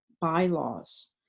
bylaws